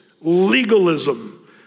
legalism